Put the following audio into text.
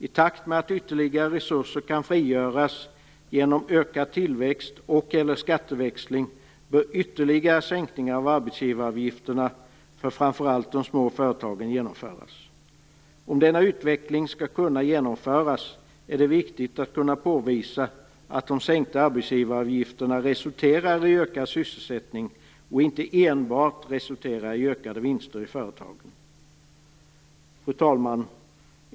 I takt med att ytterligare resurser kan frigöras genom ökad tillväxt och/eller skatteväxling bör ytterligare sänkningar av arbetsgivaravgifterna för framför allt de små företagen genomföras. Om denna utveckling skall kunna genomföras är det viktigt att kunna påvisa att de sänkta arbetgivaravgifterna resulterar i ökad sysselsättning och inte enbart resulterar i ökade vinster i företagen. Fru talman!